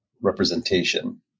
representation